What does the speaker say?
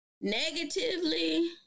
Negatively